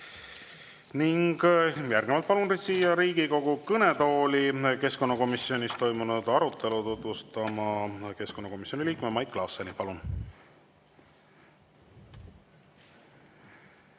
ole. Järgnevalt palun siia Riigikogu kõnetooli keskkonnakomisjonis toimunud arutelu tutvustama keskkonnakomisjoni liikme Mait Klaasseni. Palun!